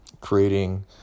creating